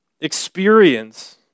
experience